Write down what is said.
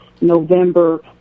November